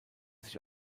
sich